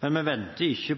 Men vi venter ikke